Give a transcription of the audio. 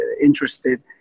interested